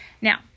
now